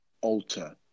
alter